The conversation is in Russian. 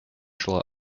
шла